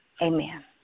Amen